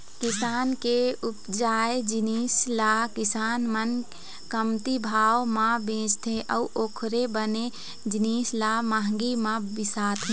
किसान के उपजाए जिनिस ल किसान मन कमती भाव म बेचथे अउ ओखरे बने जिनिस ल महंगी म बिसाथे